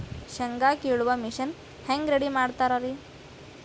ಶೇಂಗಾ ಕೇಳುವ ಮಿಷನ್ ಹೆಂಗ್ ರೆಡಿ ಮಾಡತಾರ ರಿ?